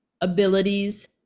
abilities